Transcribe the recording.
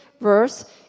verse